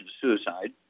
suicide